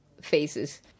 phases